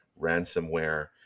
Ransomware